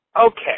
okay